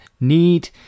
need